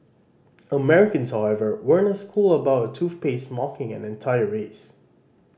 Americans however weren't as cool about a toothpaste mocking an entire race